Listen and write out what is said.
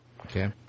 Okay